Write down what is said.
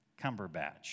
Cumberbatch